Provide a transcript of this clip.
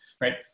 right